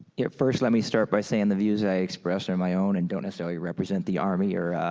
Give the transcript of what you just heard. yeah first, let me start by saying the views i express are my own and don't necessarily represent the army or